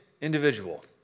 individual